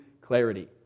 clarity